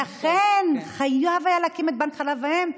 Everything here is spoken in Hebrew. ולכן חייבים היו להקים את בנק חלב האם,